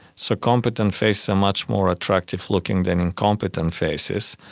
so competent faces are much more attractive looking than incompetent faces.